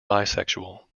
bisexual